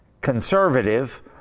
conservative